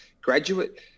graduate